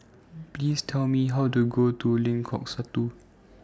Please Tell Me How to get to Lengkok Satu